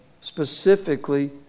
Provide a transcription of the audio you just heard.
specifically